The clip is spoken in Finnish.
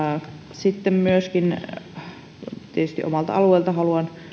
sitten tietysti omalta alueeltani haluan